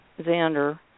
Xander